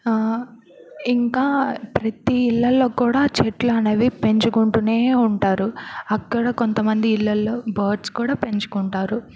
ఇంకా ప్రతి ఇళ్ళల్లో కూడా చెట్లు అనేవి పెంచుకుంటూనే ఉంటారు అక్కడ కొంతమంది ఇళ్ళల్లో బర్డ్స్ కూడా పెంచుకుంటారు